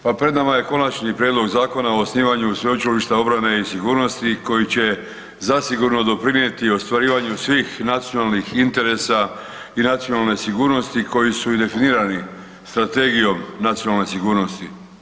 Pa pred nama je Konačni prijedlog Zakona o osnivanju Sveučilišta obrane i sigurnosti koji će zasigurno doprinijeti ostvarivanju svih nacionalnih interesa i nacionalne sigurnosti koji su definirani Strategijom nacionalne sigurnosti.